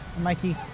Mikey